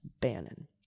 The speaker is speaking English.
Bannon